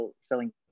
selling